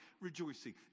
rejoicing